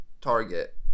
target